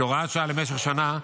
כהוראת שעה למשך שנה,